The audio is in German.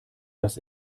das